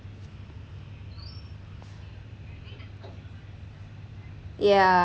yeah